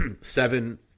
seven